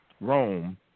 Rome